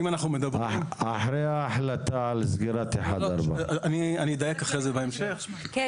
אחרי ההחלטה על סגירת 1-4. בהמשך אני אדייק.